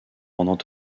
rendant